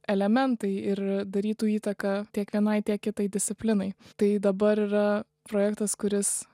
elementai ir darytų įtaką tiek vienai tiek kitai disciplinai tai dabar yra projektas kuris